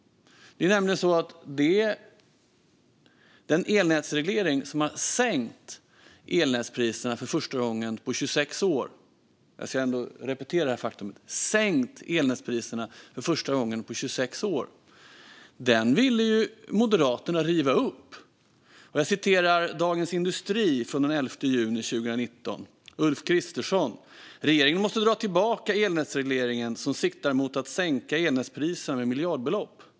Det är nämligen så att den elnätsreglering som har sänkt elnätspriserna för första gången på 26 år ville Moderaterna riva upp. Jag citerar Ulf Kristersson i Dagens industri den 11 juni 2019: "Regeringen måste dra tillbaka elnätsregleringen som siktar mot att sänka elnätspriserna med mångmiljardbelopp."